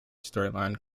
storyline